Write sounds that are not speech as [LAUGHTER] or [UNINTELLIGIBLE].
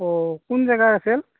অঁ কোন জেগাৰ [UNINTELLIGIBLE]